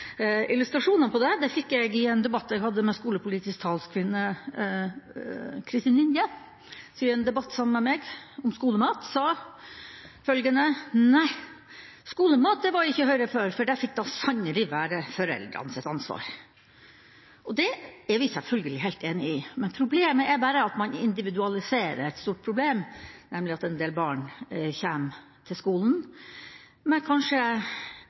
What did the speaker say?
illustrasjonene på det fikk jeg i en debatt jeg hadde med skolepolitisk talskvinne Kristin Vinje om skolemat, der hun sa følgende: Nei, skolemat var ikke Høyre for, det fikk sannelig være foreldrenes ansvar. Det er vi selvfølgelig helt enig i, problemet er bare at man individualiserer et stort problem, nemlig at en del barn kommer til skolen med kanskje